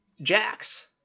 Jax